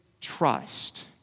trust